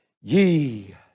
ye